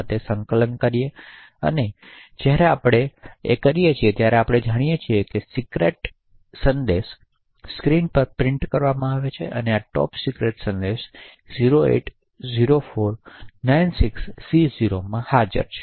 c સાથે સંકલન કરીએ અને જ્યારે આપણે ત્યારે આપણે જોઈએ છીએ કે ગુપ્ત સંદેશ સ્ક્રીન પર પ્રિન્ટ કરવામાં આવે છે તેથી આ ટોપ સિક્રેટ સંદેશ આવશ્યકપણે 08 04 96 C0 માં હાજર છે